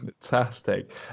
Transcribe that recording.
Fantastic